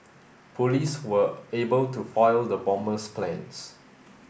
police were able to foil the bomber's plans